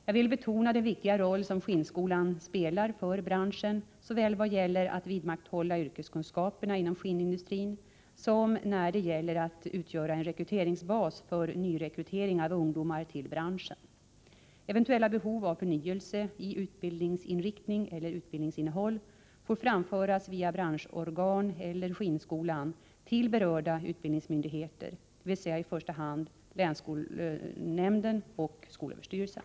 Jag vill betona den viktiga roll som skinnskolan spelar för branschen såväl i vad gäller att vidmakthålla yrkeskunskaperna inom skinnindustrin som när det gäller att utgöra en rekryteringsbas för nyrekrytering av ungdomar till branschen. Eventuella behov av förnyelse i utbildningsinriktning eller utbildningsinnehåll får framföras via branschorganen eller skinnskolan till berörda utbildningsmyndigheter, dvs. i första hand länsskolnämnden och skolöverstyrelsen.